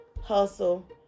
hustle